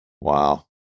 Wow